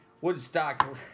Woodstock